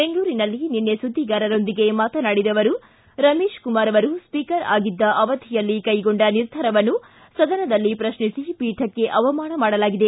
ಬೆಂಗಳೂರಿನಲ್ಲಿ ನಿನ್ನೆ ಸುದ್ವಿಗಾರರೊಂದಿಗೆ ಮಾತನಾಡಿದ ಅವರು ರಮೇಶ್ ಕುಮಾರ್ ಸ್ವೀಕರ್ ಆಗಿದ್ದ ಅವಧಿಯಲ್ಲಿ ಕೈಗೊಂಡ ನಿರ್ಧಾರವನ್ನು ಸದನದಲ್ಲಿ ಪ್ರಶ್ನಿಸಿ ಪೀಠಕ್ಕೆ ಅವಮಾನ ಮಾಡಲಾಗಿದೆ